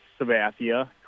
Sabathia